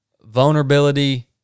vulnerability